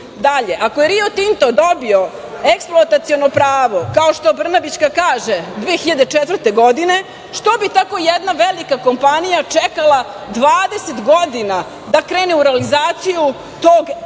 ako je Rio Tinto dobio eksploataciono pravo, kao što Brnabićka kaže 2004. godine, što bi tako jedna velika kompanija čekala 20 godina da krene u realizaciju tog i tako